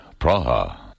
Praha